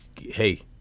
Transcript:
hey